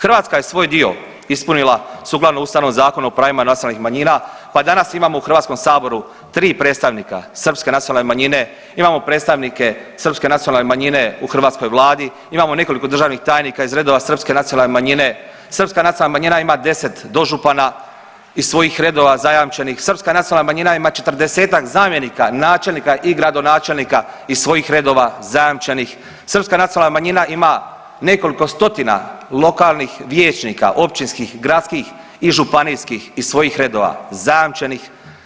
Hrvatska je svoj dio ispunila sukladno Ustavnom zakonu o pravima nacionalnih manjina, pa danas imamo u HS tri predstavnika srpske nacionalne manjine, imamo predstavnike srpske nacionalne manjine u hrvatskoj vladi, imamo nekoliko državnih tajnika iz redova srpske nacionalne manjine, srpska nacionalna manjina ima 10 dožupana iz svojih redova zajamčenih, srpska nacionalna manjina ima 40-tak zamjenika načelnika i gradonačelnika iz svojih redova zajamčenih, srpska nacionalna manjima ima nekoliko stotina lokalnih vijećnika, općinskih, gradskih i županijskih iz svojih redova zajamčenih.